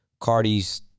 Cardi's